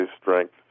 strength